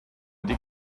ydy